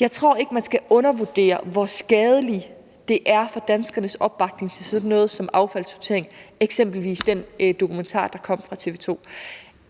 Jeg tror ikke, man skal undervurdere, hvor skadeligt det er for danskernes opbakning til sådan noget som affaldshåndtering at se eksempelvis den dokumentar, der kom på TV 2.